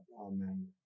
Amen